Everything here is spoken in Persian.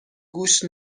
گوش